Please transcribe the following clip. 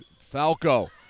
Falco